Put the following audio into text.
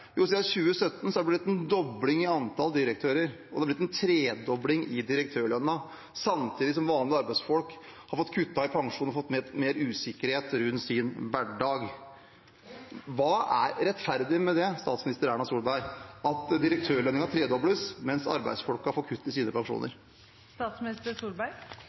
Jo, vi ser at siden 2017 har det blitt en dobling i antall direktører, og det har blitt en tredobling i direktørlønnen samtidig som vanlige arbeidsfolk har fått kutt i pensjon og fått mer usikkerhet rundt sin hverdag. Hva er rettferdig med det, statsminister Erna Solberg, at direktørlønnen tredobles, mens arbeidsfolk får kutt i sine